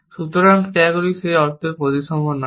সুতরাং ক্রিয়াগুলি সেই অর্থে প্রতিসম নয়